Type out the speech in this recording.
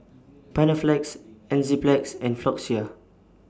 Panaflex Enzyplex and Floxia